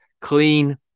clean